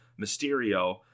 Mysterio